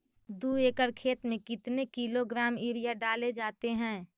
दू एकड़ खेत में कितने किलोग्राम यूरिया डाले जाते हैं?